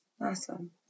Awesome